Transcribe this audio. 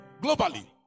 globally